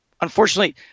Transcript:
Unfortunately